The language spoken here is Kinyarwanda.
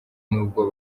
n’ubwo